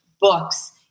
books